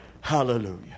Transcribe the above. Hallelujah